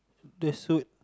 the suit